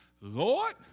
Lord